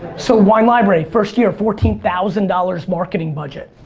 so wine library, first year fourteen thousand dollars marketing budget.